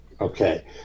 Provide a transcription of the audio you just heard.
Okay